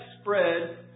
spread